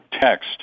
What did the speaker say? text